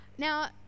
Now